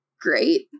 great